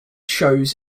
shows